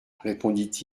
répondit